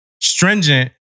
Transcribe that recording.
stringent